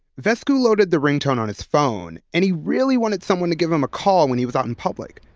vesku loaded the ringtone on his phone and he really wanted someone to give him a call when he was out in public,